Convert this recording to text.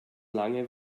lange